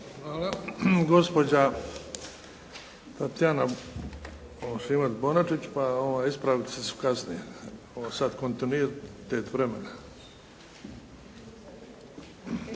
Hvala. Gospođa Tatjana Šimac-Bonačić, pa ispravci su kasnije. Ovo je sada kontinuitet vremena.